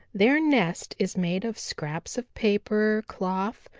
their nest is made of scraps of paper, cloth,